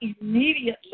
immediately